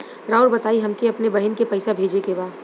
राउर बताई हमके अपने बहिन के पैसा भेजे के बा?